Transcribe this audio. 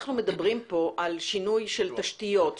אנחנו מדברים פה על שינוי של תשתיות,